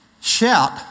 Shout